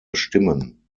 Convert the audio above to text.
stimmen